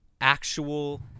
Actual